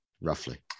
Roughly